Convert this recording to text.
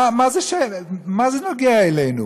מה זה נוגע אלינו?